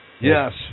Yes